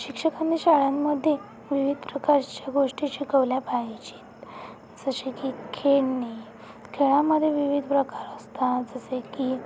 शिक्षकांनी शाळांमध्ये विविध प्रकारच्या गोष्टी शिकवल्या पाहिजेत जसे की खेळणे खेळामध्ये विविध प्रकार असतात जसे की